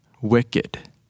wicked